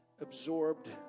absorbed